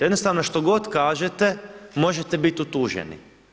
Jednostavno što god kažete, možete biti utuženi.